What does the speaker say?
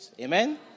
Amen